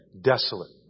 desolate